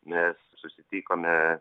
mes susitikome